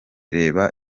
reba